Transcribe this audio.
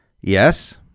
Yes